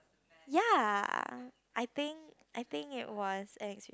ya I think I think it was